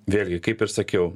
vėlgi kaip ir sakiau